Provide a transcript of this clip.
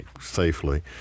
safely